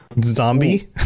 Zombie